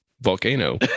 volcano